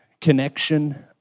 connection